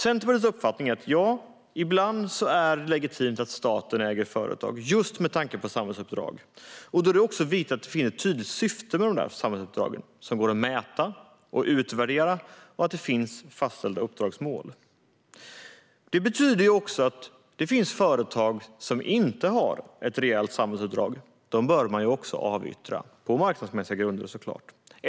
Centerpartiets uppfattning är: Ja, ibland är det legitimt att staten äger företag, just med tanke på samhällsuppdrag. Då är det också viktigt att det finns ett tydligt syfte med samhällsuppdragen som går att mäta och utvärdera och att det finns fastställda uppdragsmål. Detta betyder också att det finns företag som inte har ett reellt samhällsuppdrag. De företagen bör man avyttra - på marknadsmässiga grunder, såklart.